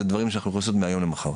זה דברים שאנחנו יכולים לעשות מהיום למחר.